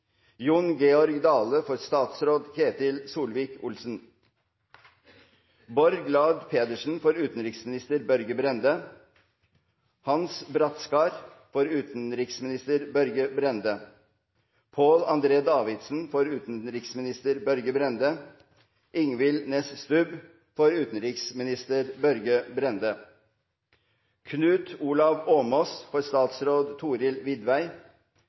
utenriksminister Børge Brende Hans Brattskar, for utenriksminister Børge Brende Pål Arne Davidsen, for utenriksminister Børge Brende Ingvild Næss Stub, for utenriksminister Børge Brende Knut Olav Åmås, for statsråd